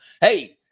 Hey